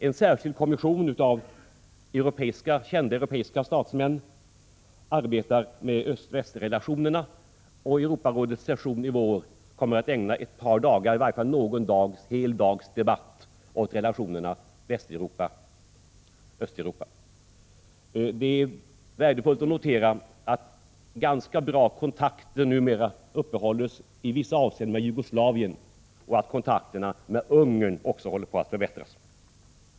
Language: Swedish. En särskild kommission av kända europeiska statsmän arbetar med öst-väst-relationerna, och Europarådets session i vår kommer att ägna ett par dagar eller i varje fall någon hel dags debatt åt relationerna Västeuropa-Östeuropa. Det är värdefullt att notera att ganska bra kontakter numera upprätthålls i vissa avseenden med Jugoslavien och att kontakterna med Ungern också håller på att förbättras.